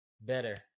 better